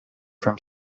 from